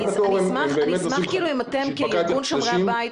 אני אשמח אם אתם כארגון שומרי הבית